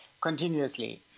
continuously